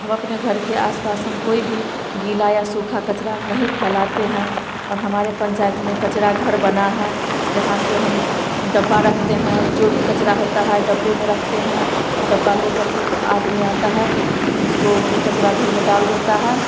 हम अपने घर के आसपास हम कोई भी गीला या सूखा कचरा नहीं फैलाते हैं और हमारे पंचायत में कचरा घर बना है जहाँ से हम डब्बा रखते हैं जो भी कचरा होता है डब्बे में रखते हैं डब्बा लेकर आदमी आता है उसको कचरा घर में डाल देता है